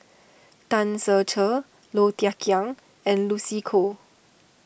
Tan Ser Cher Low Thia Khiang and Lucy Koh